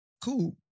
cool